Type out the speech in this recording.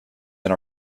and